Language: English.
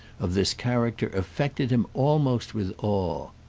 of this character affected him almost with awe.